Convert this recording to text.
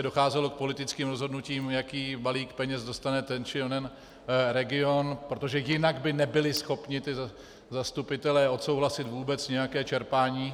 Docházelo prostě k politickým rozhodnutím, jaký balík peněz dostane ten či onen region, protože jinak by nebyli schopni zastupitelé odsouhlasit vůbec nějaké čerpání.